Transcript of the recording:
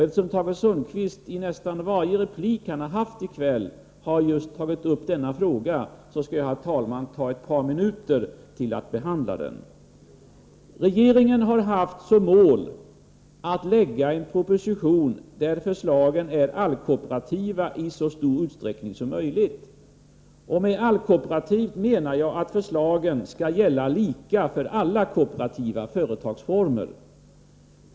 Eftersom Tage Sundkvist i nästan varje replik som han haft i kväll tagit upp just denna fråga skall jag, herr talman, använda ett par minuter för att behandla den. Regeringen har haft som mål att lägga fram en proposition där förslagen är allkooperativa i så stor utsträckning som möjligt, och med allkooperativ menar jag att förslagen skall gälla lika för alla kooperativa företagsformer.